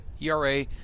ERA